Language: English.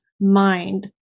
mind